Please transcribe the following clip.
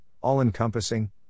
all-encompassing